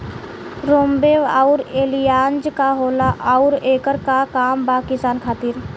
रोम्वे आउर एलियान्ज का होला आउरएकर का काम बा किसान खातिर?